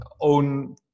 own